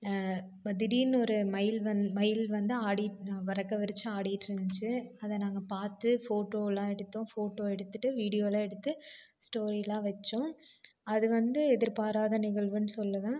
இப்போ திடீர்ன்னு ஒரு மயில் மயில் வந்து ஆடிட்டு ரெக்கை விரித்து ஆடிக்கிட்டிருந்துச்சு அதை நாங்கள் பார்த்து ஃபோட்டோலாம் எடுத்தோம் ஃபோட்டோ எடுத்துட்டு வீடியோலாம் எடுத்து ஸ்டோரிலாம் வச்சோம் அது வந்து எதிர் பாராத நிகழ்வுன்னு சொல்லுவேன்